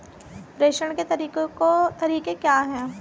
प्रेषण के तरीके क्या हैं?